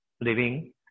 living